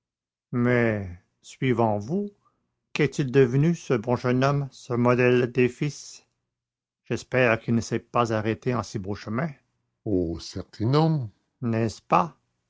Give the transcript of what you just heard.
mais suivant vous qu'est-il devenu ce bon jeune homme ce modèle des fils j'espère qu'il ne s'est pas arrêté en si beau chemin oh certes non n'est-ce pas